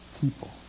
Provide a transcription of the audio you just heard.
people